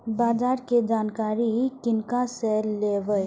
बाजार कै जानकारी किनका से लेवे?